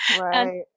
Right